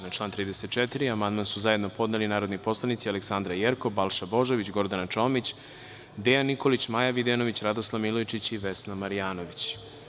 Na član 34. amandman su zajedno podneli narodni poslanici Aleksandra Jerkov, Balša Božović, Gordana Čomić, Dejan Nikolić, Maja Videnović, Radoslav Milojičić i Vesna Marjanović.